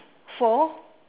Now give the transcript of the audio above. four